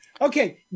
Okay